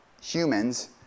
humans